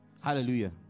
Hallelujah